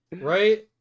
right